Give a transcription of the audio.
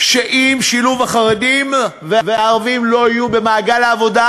שאם החרדים והערבים לא יהיו במעגל העבודה,